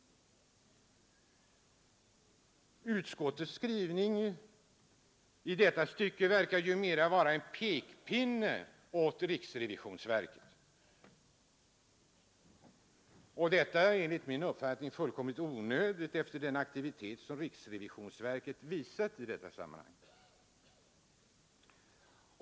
Utskottets skrivning i detta stycke verkar mera vara en pekpinne åt riksrevisionsverket. Detta är enligt min mening fullkomligt onödigt efter den aktivitet som riksrevisionsverket visat i detta sammanhang.